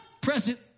present